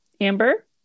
Amber